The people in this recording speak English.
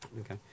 okay